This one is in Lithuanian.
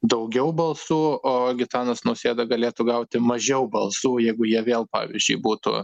daugiau balsų o gitanas nausėda galėtų gauti mažiau balsų jeigu jie vėl pavyzdžiui būtų